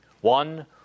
one